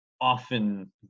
often